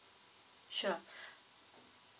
sure